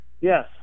Yes